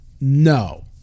No